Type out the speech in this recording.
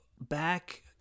back